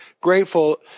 grateful